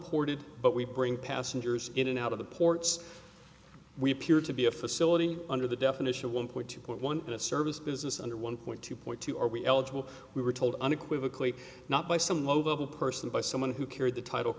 ported but we bring passengers in and out of the ports we appear to be a facility under the definition of one point two point one in a service business under one point two point two are we eligible we were told unequivocally not by some low level person by someone who carried the title